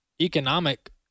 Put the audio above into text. economic